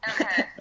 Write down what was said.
Okay